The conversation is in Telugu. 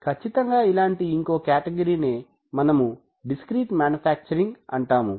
ఖచ్చితంగా ఇలాంటి ఇంకో కేటగిరి నే మనము డిస్క్రీట్ మ్యానుఫ్యాక్చరింగ్ అంటాము